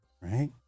right